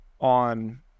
on